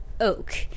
Oak